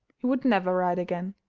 he would never ride again.